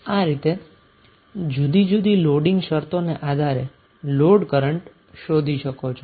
આ રીતે જુદી જુદી લોડીંગ શરતોને આધારે લોડ કરન્ટ શોધી શકો છો